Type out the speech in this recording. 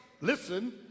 listen